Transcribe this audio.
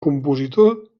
compositor